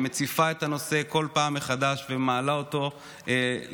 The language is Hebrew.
שמציפה את הנושא כל פעם מחדש ומעלה אותו למודעות,